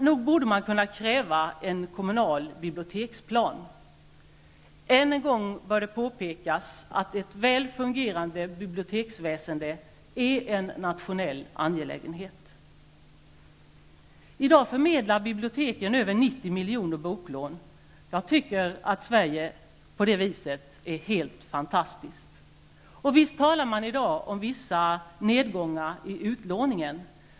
Nog borde man kunna kräva en kommunal biblioteksplan. Än en gång bör det påpekas att ett väl fungerande biblioteksväsende är en nationell angelägenhet. I dag förmedlar biblioteken över 90 miljoner boklån! Jag tycker att Sverige är helt fantastiskt på det viset. Man talar i dag om vissa nedgångar i utlåningen.